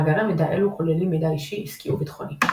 מאגרי מידע אלו כוללים מידע אישי, עסקי וביטחוני.